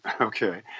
okay